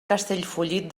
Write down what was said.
castellfollit